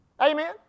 Amen